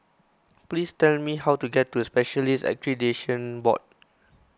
please tell me how to get to Specialists Accreditation Board